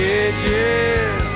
edges